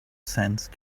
sense